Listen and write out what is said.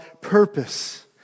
purpose